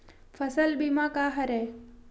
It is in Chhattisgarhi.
फसल बीमा का हरय?